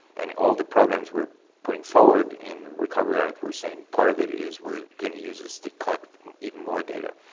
and all the programs we're putting forward in recovery act, we're saying part of it is we're going to use this to collect even more data.